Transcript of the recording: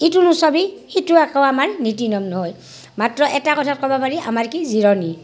এইটো নুচবি সিটো আকৌ আমাৰ নীতি নিয়ম নহয় মাত্ৰ এটা কথা ক'ব পাৰি আমাৰ কি জিৰণি